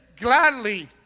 gladly